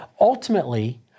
Ultimately